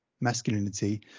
masculinity